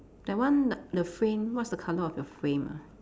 that one the the frame what's the colour of your frame ah